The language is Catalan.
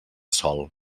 sol